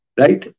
right